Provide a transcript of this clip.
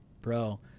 bro